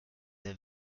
have